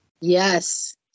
Yes